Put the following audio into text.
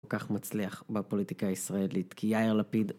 כל כך מצליח בפוליטיקה הישראלית כי יאיר לפיד